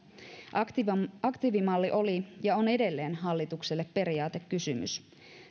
aktiivimalli oli ja on edelleen hallitukselle periaatekysymys